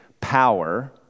power